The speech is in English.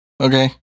Okay